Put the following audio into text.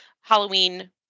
Halloween